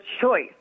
choice